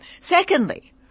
Secondly